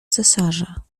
cesarza